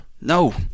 No